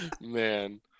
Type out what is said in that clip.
man